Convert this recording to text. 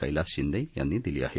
कैलास शिंदे यांनी दिली आहे